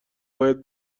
باید